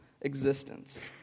existence